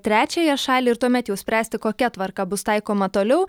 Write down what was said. trečiąją šalį ir tuomet jau spręsti kokia tvarka bus taikoma toliau